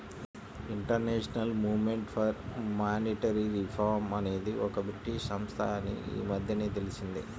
international movement for monetary reform అనేది ఒక British సంస్థ అని ఈ మధ్యనే తెలిసింది